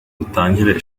dutangire